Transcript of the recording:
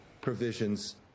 provisions